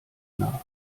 nach